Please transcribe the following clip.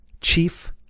Chief